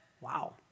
Wow